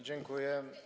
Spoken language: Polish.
Dziękuję.